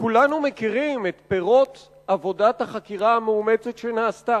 כולנו מכירים את פירות עבודת החקירה המאומצת שנעשתה.